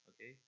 okay